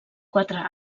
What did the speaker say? quatre